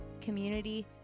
community